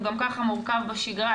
הוא גם ככה מורכב בשגרה,